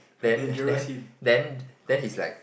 then then then then he's like